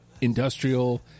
industrial